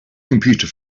computer